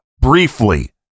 briefly